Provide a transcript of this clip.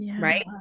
right